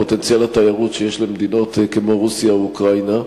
את פוטנציאל התיירות שיש למדינות כמו רוסיה או אוקראינה,